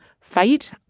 Fight